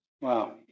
Wow